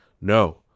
No